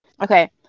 Okay